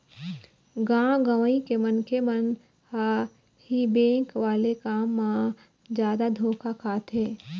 गाँव गंवई के मनखे मन ह ही बेंक वाले काम म जादा धोखा खाथे